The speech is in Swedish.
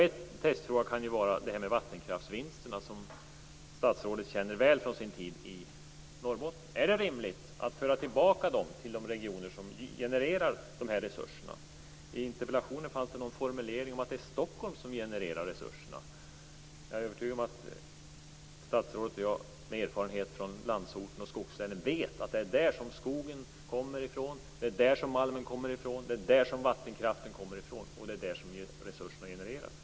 En testfråga kan vara vattenkraftsvinsterna, som statsrådet känner väl till från sin tid i Norrbotten. Är det rimligt att föra tillbaka dem till de regioner som genererar de resurserna? I interpellationen fanns någon formulering om att det är Stockholm som genererar resurserna. Jag är övertygad om att statsrådet och jag, med erfarenhet från landsorten och skogslänen, vet att det är därifrån som skogen, malmen och vattenkraften kommer, det är där som resurserna genereras.